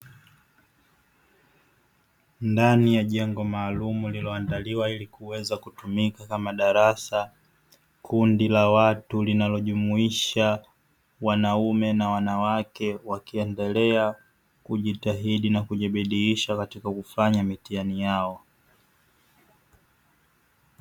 Ndani ya jengo maalumu lililoandaliwa ili kuweza kutumika kama darasa kundi la watu linalojumuisha wanaume na wanawake, wakiendelea kujitahidi na kujibidiisha katika kufanya mitihani yao.